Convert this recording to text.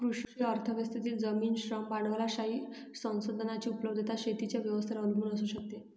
कृषी व्यवस्थेतील जमीन, श्रम, भांडवलशाही संसाधनांची उपलब्धता शेतीच्या व्यवस्थेवर अवलंबून असू शकते